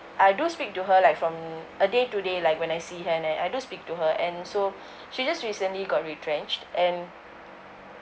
I do speak to her like from a day to day like when I see her and I I do speak to her and so she just recently got retrenched and